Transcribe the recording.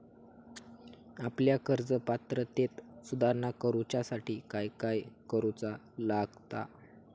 आपल्या कर्ज पात्रतेत सुधारणा करुच्यासाठी काय काय करूचा लागता?